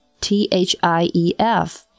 T-H-I-E-F